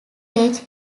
rage